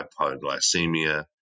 hypoglycemia